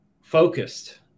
focused